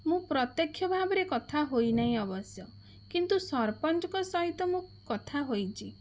ମୁଁ ପ୍ରତ୍ୟକ୍ଷ ଭାବରେ କଥା ହୋଇନାହିଁ ଅବଶ୍ୟ କିନ୍ତୁ ସରପଞ୍ଚଙ୍କ ସହିତ ମୁଁ କଥା ହୋଇଛି